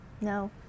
No